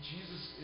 Jesus